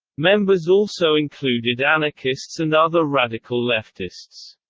members also included anarchists and other radical leftists.